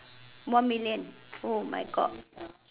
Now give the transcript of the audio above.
one million oh my God